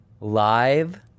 live